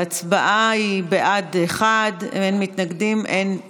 ההצבעה היא בעד, אחד, אין מתנגדים, אין נמנעים.